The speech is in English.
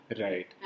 Right